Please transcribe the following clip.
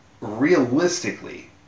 Realistically